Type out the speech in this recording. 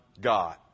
God